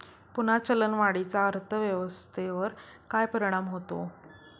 पुन्हा चलनवाढीचा अर्थव्यवस्थेवर काय परिणाम होतो